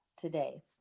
today